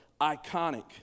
iconic